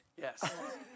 Yes